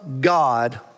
God